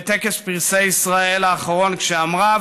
בטקס פרסי ישראל האחרון כשאמרה,